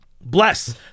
Bless